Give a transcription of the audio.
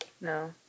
No